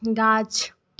गाछ